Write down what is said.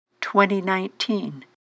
2019